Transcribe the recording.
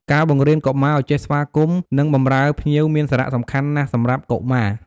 ការបង្រៀនកុមារឲ្យចេះស្វាគមន៍ និងបម្រើភ្ញៀវមានសារៈសំខាន់ណាស់សម្រាប់កុមារ។